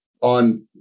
on